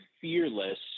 fearless